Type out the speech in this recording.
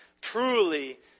Truly